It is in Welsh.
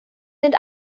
mynd